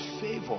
favor